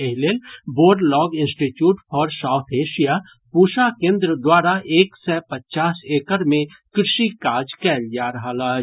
एहि लेल Borlaug Institute for South Asia Pusa केन्द्र द्वारा एक सय पचास एकड़ मे कृषि काज कयल जा रहल अछि